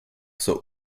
zur